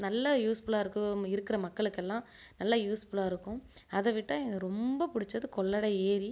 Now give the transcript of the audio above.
நல்ல யூஸ்ஃபுல்லாயிருக்கு இருக்கிற மக்களுக்கெல்லாம் நல்ல யூஸ்ஃபுல்லாகருக்கும் அதை விட்டால் எனக்கு ரொம்ப புடிச்சது கொள்ளடம் ஏரி